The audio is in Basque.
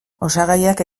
osagaiak